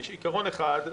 יש עיקרון אחד,